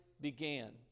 began